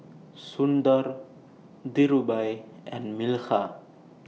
Sundar Dhirubhai and Milkha